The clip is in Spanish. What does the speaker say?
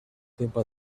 tiempo